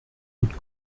gut